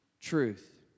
truth